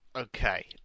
Okay